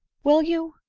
will you,